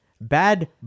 bad